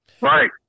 Right